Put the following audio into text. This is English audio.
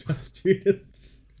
students